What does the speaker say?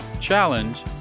challenge